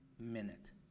minute